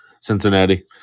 Cincinnati